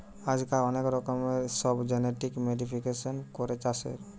আজকাল অনেক রকমের সব জেনেটিক মোডিফিকেশান করে চাষের